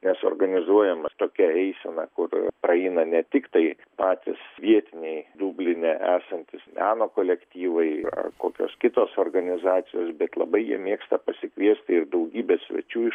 nes organizuojamas tokia eisena kur praeina ne tiktai patys vietiniai dubline esantys meno kolektyvai ar kokios kitos organizacijos bet labai jie mėgsta pasikviesti ir daugybę svečių iš